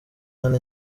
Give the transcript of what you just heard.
hano